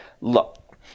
look